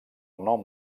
nom